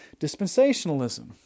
dispensationalism